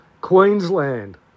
Queensland